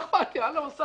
מה אכפת לי.